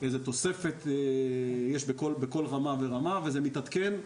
איזו תוספת יש בכל רמה ורמה וזה מתעדכן.